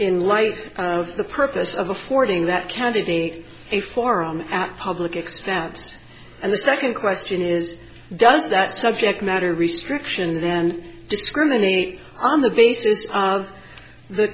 in light of the purpose of affording that candidly a forum at public expense and the second question is does that subject matter restriction then discriminate on the basis of the